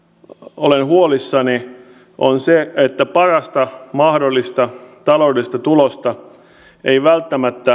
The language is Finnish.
olen huolissani on se että parasta mahdollista taloudesta tulosta ei välttämättä